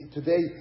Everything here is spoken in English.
Today